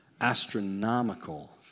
astronomical